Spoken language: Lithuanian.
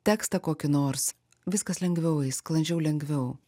tekstą kokį nors viskas lengviau eis sklandžiau lengviau